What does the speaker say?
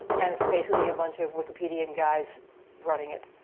and it's basically a bunch of wikipedian guys running it,